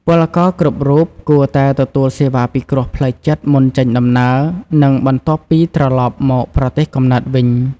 ពលករគ្រប់រូបគួរតែទទួលសេវាពិគ្រោះផ្លូវចិត្តមុនចេញដំណើរ និងបន្ទាប់ពីត្រឡប់មកប្រទេសកំណើតវិញ។